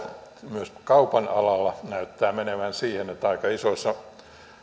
myös kaupan alalla näyttää menevän siihen että aika isoissa